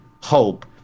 hope